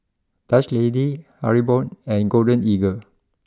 Dutch Lady Haribo and Golden Eagle